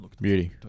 Beauty